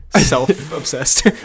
self-obsessed